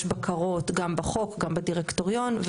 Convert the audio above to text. יש בקרות גם בחוק, גם בדירקטוריון.